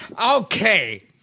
Okay